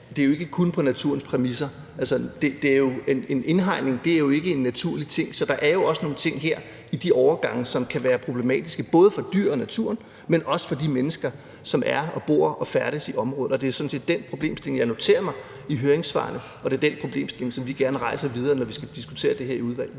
at det jo ikke kun foregår på naturens præmisser. En indhegning er ikke en naturlig ting, så der er jo også nogle ting her i de overgange, som kan være problematiske, både for dyrene og naturen, men også for de mennesker, som er og bor og færdes i området. Det er sådan set den problemstilling, jeg noterer mig i høringssvarene, og det er den problemstilling, som vi gerne vil rejse igen, når vi skal diskutere det i udvalget.